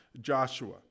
Joshua